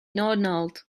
donald